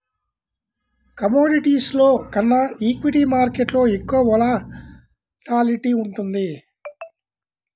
కమోడిటీస్లో కన్నా ఈక్విటీ మార్కెట్టులో ఎక్కువ వోలటాలిటీ ఉంటుంది